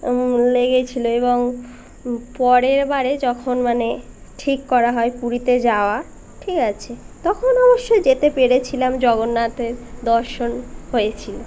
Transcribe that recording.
লেগেছিলো এবং পরের বে যখন মানে ঠিক করা হয় পুরীতে যাওয়া ঠিক আছে তখন অবশ্যই যেতে পেরেছিলাম জগন্নাথের দর্শন হয়েছিলো